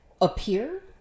appear